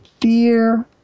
fear